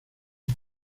the